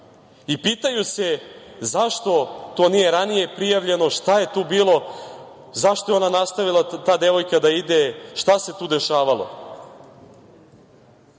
i pitaju se zašto to nije ranije prijavljeno, šta je tu bilo, zašto je ta devojka nastavila da ide i šta se tu dešavalo.